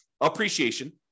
Appreciation